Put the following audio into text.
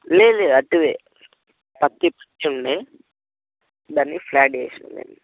లేదు లేదు వట్టిదే ప్రత్తి వేయించి ఉండే దాన్ని ఫ్లాట్ చేసాము దానిని